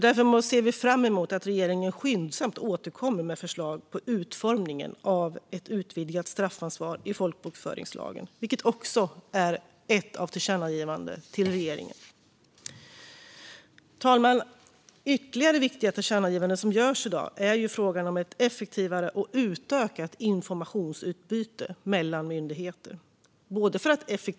Därför ser vi fram emot att regeringen skyndsamt återkommer med förslag på utformningen av ett utvidgat straffansvar i folkbokföringslagen, vilket ett av förslagen till tillkännagivande handlar om. Ytterligare viktiga förslag till tillkännagivanden i dag handlar om frågan om ett effektivare och utökat informationsutbyte mellan myndigheter.